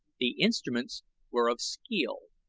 the instruments were of skeel,